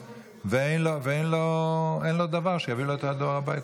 ואין לו דוור שיביא לו את הדואר הביתה.